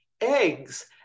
eggs